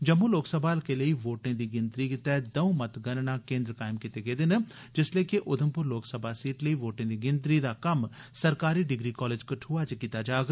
जम्मू लोकसभा हलके लेई वोटे दी गिनतरी गितै दौं मतगणना केन्द्र कायम कीते गे न जिल्ले के उधमप्र लोकसभा सीट लेई वोटें दी गिनतरी दा कम्म सरकारी डिग्री कालेज कठ्आ च कीता जाग